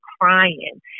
crying